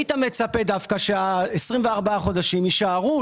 היית מצפה ש-24 החודשים דווקא יישארו,